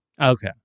Okay